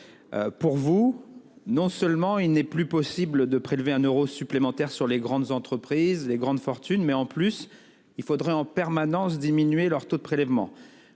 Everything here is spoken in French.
Selon vous, non seulement il n'est plus possible de prélever le moindre euro supplémentaire sur les grandes entreprises et les grandes fortunes, mais il faudrait même diminuer leur taux de prélèvement.